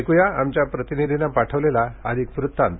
ऐकूया आमच्या प्रतिनिधीनं पाठवलेला अधिक वृत्तांत